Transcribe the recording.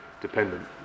dependent